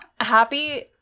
happy